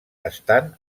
estan